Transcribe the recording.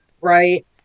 right